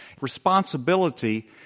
Responsibility